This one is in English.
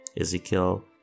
Ezekiel